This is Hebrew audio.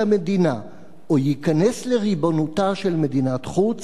המדינה או ייכנס לריבונותה של מדינת חוץ,